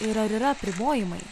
ir ar yra apribojimai